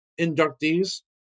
inductees